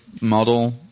model